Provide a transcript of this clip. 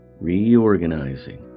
Reorganizing